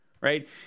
right